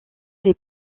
les